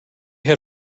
had